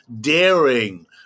daring